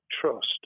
trust